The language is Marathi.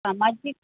सामाजिक